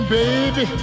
baby